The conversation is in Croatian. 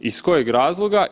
Iz kojeg razloga?